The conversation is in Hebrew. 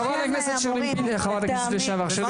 חברת הכנסת לשעבר שירלי פינטו.